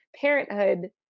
parenthood